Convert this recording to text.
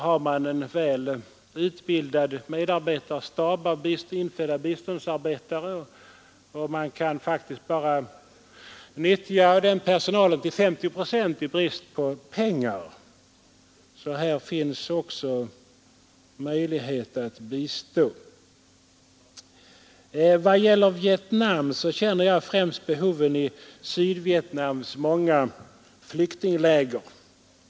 Där finns en väl utbildad medarbetarstab av infödda biståndsarbetare, men den kan faktiskt bara utnyttjas till 50 procent i brist på medel. Även där har man alltså möjlighet att bistå. I vad gäller Vietnam känner jag främst behoven i Sydvietnams många flyktingläger.